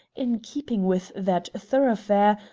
in keeping with that thoroughfare,